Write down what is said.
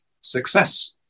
success